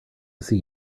see